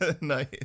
Nice